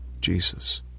Jesus